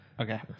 Okay